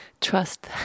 trust